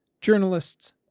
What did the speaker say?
journalists